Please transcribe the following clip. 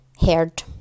heard